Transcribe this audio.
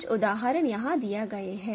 कुछ उदाहरण यहाँ दिए गए हैं